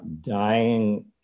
dying